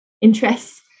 interests